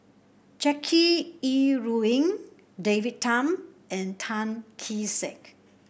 Jackie Yi Ru Ying David Tham and Tan Kee Sek